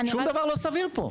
שום דבר לא סביר פה.